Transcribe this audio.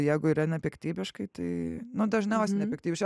jeigu yra nepiktybiškai tai nu dažniausia nepiktybiškai